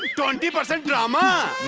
twenty percent drama.